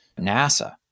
NASA